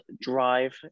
drive